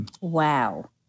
Wow